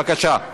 בבקשה,